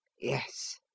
Yes